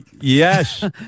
Yes